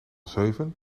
zeven